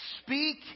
speak